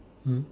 mm